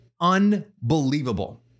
unbelievable